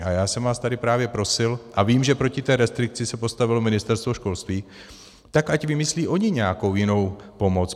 A já jsem vás tady právě prosil, a vím, že proti té restrikci se postavilo Ministerstvo školství, tak ať vymyslí oni nějakou jinou pomoc.